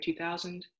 2000